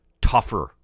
tougher